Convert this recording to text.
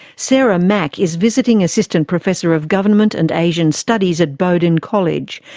sarah mak is visiting assistant professor of government and asian studies at bowdoin college.